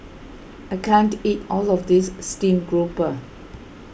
I can't eat all of this Steamed Garoupa